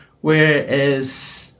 whereas